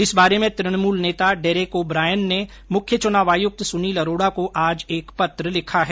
इस बारे में तृणमूल नेता डेरेक ओ ब्रायन ने मुख्य चुनाव आयुक्त सुनील अरोडा को आज एक पत्र लिखा है